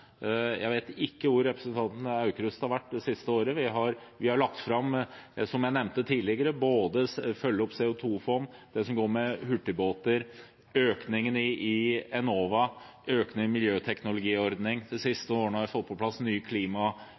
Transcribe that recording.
hvor representanten Aukrust har vært det siste året. Vi har lagt fram, som jeg nevnte tidligere, både det å følge opp CO2-fond, det som handler om hurtigbåter, økningen i Enova, økning i miljøteknologiordning, de siste årene har vi fått på plass